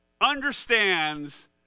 understands